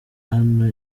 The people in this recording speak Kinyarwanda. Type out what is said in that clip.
hano